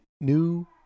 new